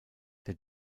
der